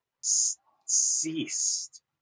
ceased